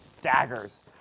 daggers